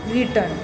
return